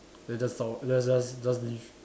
then just zao then just just leave